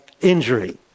injury